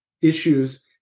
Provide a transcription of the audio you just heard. issues